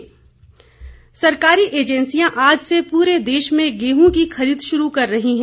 गेहूं खरीद सरकारी एजेंसिया आज से पूरे देश में गेहूं की खरीद शुरू कर रही हैं